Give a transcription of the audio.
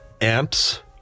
amps